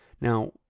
Now